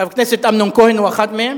חבר הכנסת אמנון כהן הוא אחד מהם.